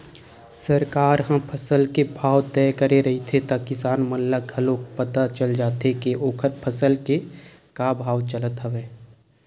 सरकार ह फसल के भाव तय करे रहिथे त किसान मन ल घलोक पता चल जाथे के ओखर फसल के का भाव चलत हवय